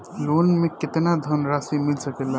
Loan मे केतना धनराशी मिल सकेला?